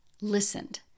listened